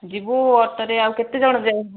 ଯିବୁ ଅଟୋରେ ଆଉ କେତେ ଜଣ ଯାଇହେବ